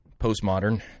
postmodern